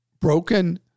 broken